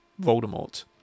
Voldemort